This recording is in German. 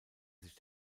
sich